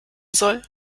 soll